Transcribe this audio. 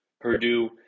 Purdue